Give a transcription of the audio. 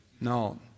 No